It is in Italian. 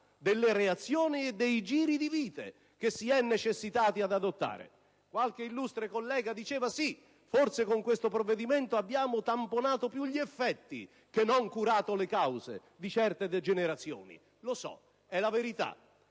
delle reazioni e dei giri di vite che si è necessitati ad adottare. Qualche illustre collega ha sottolineato che con questo provvedimento abbiamo tamponato gli effetti più che curato le cause di certe degenerazioni. Lo so, è la verità!